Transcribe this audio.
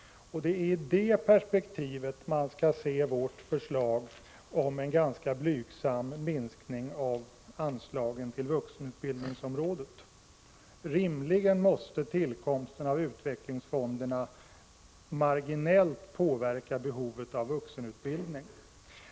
Det är i det perspektivet man skall se vårt förslag om en ganska blygsam minskning av anslagen till vuxenutbildningsområdet. Rimligen måste tillkomsten av förnyelsefonderna marginellt påverka behovet av vuxenutbildning.